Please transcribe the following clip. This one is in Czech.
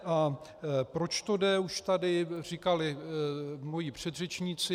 A proč to jde, už tady říkali moji předřečníci.